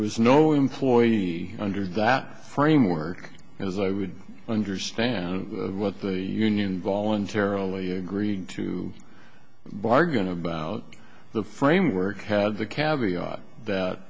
was no employee under that framework and as i would understand what the union voluntarily agreed to bargain about the framework had the caviar